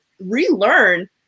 relearn